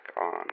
on